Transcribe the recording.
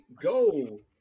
go